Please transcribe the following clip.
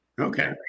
Okay